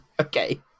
Okay